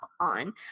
on